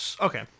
Okay